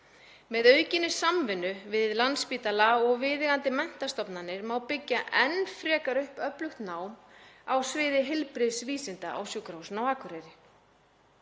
Með aukinni samvinnu við Landspítala og viðeigandi menntastofnanir má byggja enn frekar upp öflugt nám á sviði heilbrigðisvísinda á Sjúkrahúsinu á Akureyri.